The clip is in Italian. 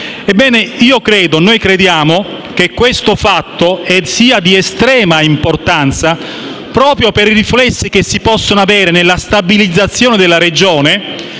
il nostro Paese. Noi crediamo che questo fatto sia di estrema importanza proprio per i riflessi che può avere sulla stabilizzazione della regione.